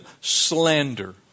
slander